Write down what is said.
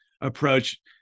approach